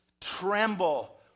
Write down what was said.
tremble